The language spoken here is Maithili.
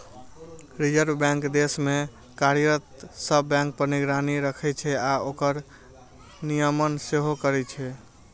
रिजर्व बैंक देश मे कार्यरत सब बैंक पर निगरानी राखै छै आ ओकर नियमन सेहो करै छै